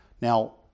Now